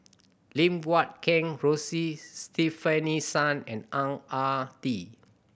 Lim Guat Kheng Rosie Stefanie Sun and Ang Ah Tee